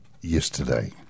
yesterday